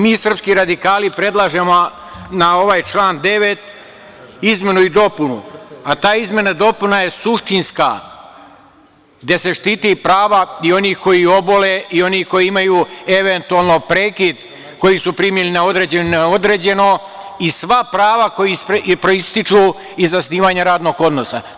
Mi srpski radikali predlažemo na ovaj član 9. izmenu i dopunu, a ta izmena i dopuna je suštinska, gde se štite prava i onih koji obole i onih koji imaju eventualno prekid, koji su primljeni na određeno ili neodređeno, i sva prava koja proističu iz zasnivanja radnog odnosa.